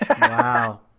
Wow